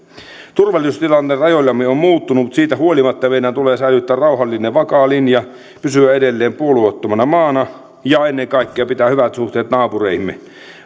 turvallisuustilanne rajoillamme on muuttunut mutta siitä huolimatta meidän tulee säilyttää rauhallinen vakaa linja pysyä edelleen puolueettomana maana ja ennen kaikkea pitää hyvät suhteet naapureihimme